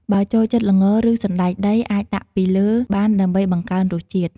បើចូលចិត្ត ល្ង ឬសណ្ដែកដី អាចដាក់ពីលើបានដើម្បីបង្កើនរសជាតិ។